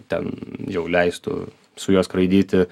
ten jau leistų su juo skraidyti